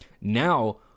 now